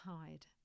hide